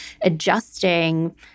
adjusting